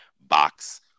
box